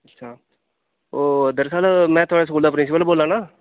अच्छा ओह् दरअसल में थुआढ़े स्कूल दा प्रिंसिपल बोल्लै ना